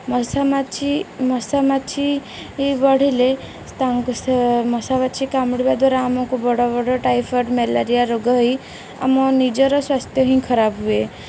ମଶା ମାଛି ମଶା ମାଛି ବଢ଼ିଲେ ତା ମଶା ମାଛି କାମୁଡ଼ିବା ଦ୍ୱାରା ଆମକୁ ବଡ଼ ବଡ଼ ଟାଇଫଏଡ଼୍ ମ୍ୟାଲେରିଆ ରୋଗ ହୋଇ ଆମ ନିଜର ସ୍ୱାସ୍ଥ୍ୟ ହିଁ ଖରାପ ହୁଏ